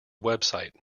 website